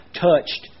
touched